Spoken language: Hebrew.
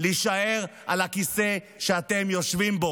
להישאר על הכיסא שאתם יושבים בו.